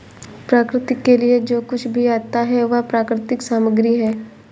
प्रकृति के लिए जो कुछ भी आता है वह प्राकृतिक सामग्री है